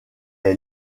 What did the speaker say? est